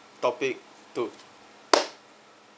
topic two